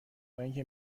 بااینکه